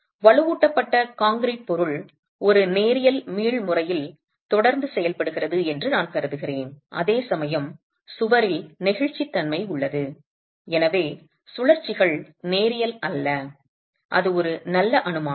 வலுவூட்டப்பட்ட கான்கிரீட் பொருள் ஒரு நேரியல் மீள் முறையில் தொடர்ந்து செயல்படுகிறது என்று நான் கருதுகிறேன் அதேசமயம் சுவரில் நெகிழ்ச்சித்தன்மை உள்ளது எனவே சுழற்சிகள் நேரியல் அல்ல அது ஒரு நல்ல அனுமானம்